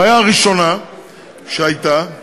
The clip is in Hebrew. הבעיה הראשונה שהייתה היא